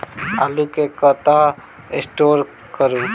आलु केँ कतह स्टोर करू?